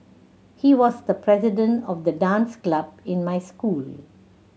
he was the president of the dance club in my school